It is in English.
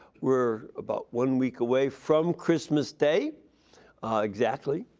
we're about one week away from christmas day exactly.